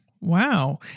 Wow